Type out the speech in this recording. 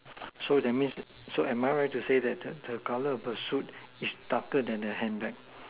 so that means so am I right to say that the the colour of the suit is darker than her hand bag